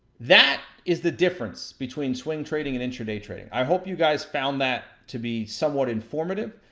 that is the difference between swing trading and intraday trading. i hope you guys found that to be somewhat informative.